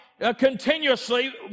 continuously